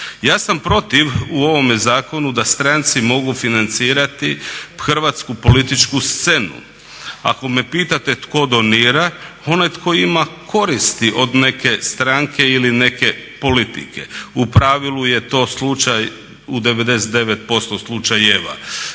Ja sam protiv u ovome zakonu da stranici mogu financirati hrvatsku političku scenu. Ako me pitate tko donira onaj tko ima koristi od neke strane ili neke politike. U pravilu je to slučaj u 99% slučajeva.